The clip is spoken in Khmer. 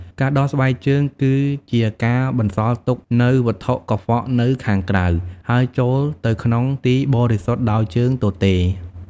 ការដោះស្បែកជើងគឺជាការបន្សល់ទុកនូវវត្ថុកខ្វក់នៅខាងក្រៅ ហើយចូលទៅក្នុងទីបរិសុទ្ធដោយជើងទទេរ។